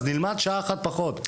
אז נלמד שעה אחת פחות.